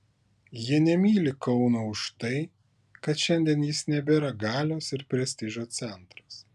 jie nemyli kauno už tai kad šiandien jis nebėra galios ir prestižo centras